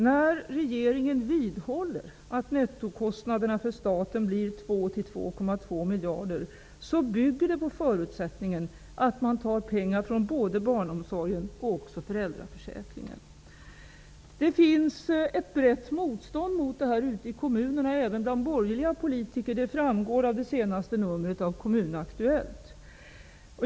När regeringen vidhåller att nettokostnaden för staten blir 2--2,2 miljarder bygger det på förutsättningen att man tar pengar både från barnomsorgen och från föräldraförsäkringen. Det finns ett brett motstånd mot detta ute i kommunerna, även bland borgerliga politiker. Det framgår av senaste numret av Kommunaktuellt.